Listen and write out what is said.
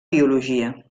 biologia